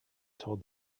told